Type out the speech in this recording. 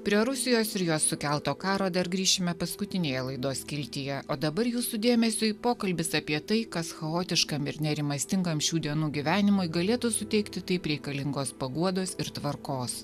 prie rusijos ir jos sukelto karo dar grįšime paskutinėje laidos skiltyje o dabar jūsų dėmesiui pokalbis apie tai kas chaotiškam ir nerimastingam šių dienų gyvenimui galėtų suteikti taip reikalingos paguodos ir tvarkos